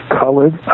colored